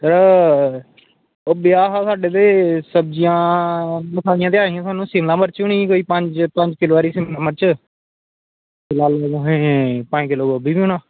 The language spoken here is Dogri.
में ओह् ब्याह् हा साढ़े ते सब्ज़ियां ते मंगानियां ते ऐहियां शिमला मिर्च कोई पंज पंज किलो हारी शिमला मिर्च ते तुसें ई पंज किलो गोभी बी होना